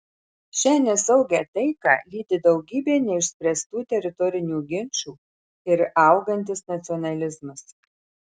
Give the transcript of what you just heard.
šią nesaugią taiką lydi daugybė neišspręstų teritorinių ginčų ir augantis nacionalizmas